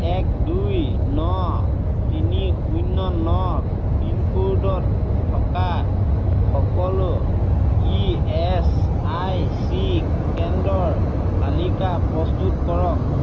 এক দুই ন তিনি শূন্য ন পিনক'ডত থকা সকলো ই এছ আই চি কেন্দ্ৰৰ তালিকা প্ৰস্তুত কৰক